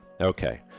Okay